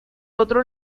otro